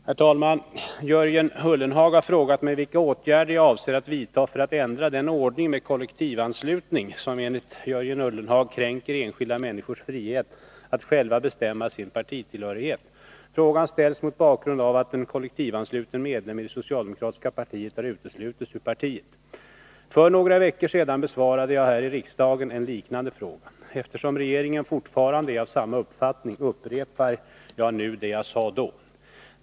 Herr talman! Jörgen Ullenhag har frågat mig vilka åtgärder jag avser att vidta för att ändra den ordning med kollektivanslutning som enligt Jörgen Ullenhag kränker enskilda människors frihet att själva bestämma sin partitillhörighet. Frågan ställs mot bakgrund av att en kollektivansluten medlem i det socialdemokratiska partiet har uteslutits ur partiet. För några veckor sedan besvarade jag här i riksdagen en liknande fråga. Eftersom regeringen fortfarande är av samma uppfattning upprepar jag nu det jag sade då.